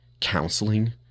counseling